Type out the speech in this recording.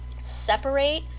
separate